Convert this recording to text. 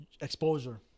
Exposure